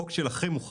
החוק שלכם הוא חריג.